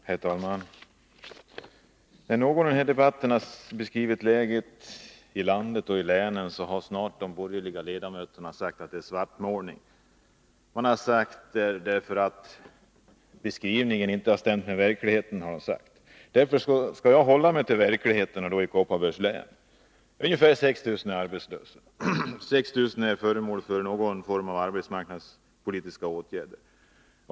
Herr talman! När någon i den här debatten har beskrivit läget i landet och i länen, så har snart de borgerliga ledamöterna sagt att det är svartmålning. Beskrivningen stämmer inte med verkligheten, har man sagt. Därför skall jag hålla mig till verkligheten i Kopparbergs län. Ungefär 6 000 är arbetslösa. Ca 6 000 är föremål för någon form av arbetsmarknadspolitiska åtgärder.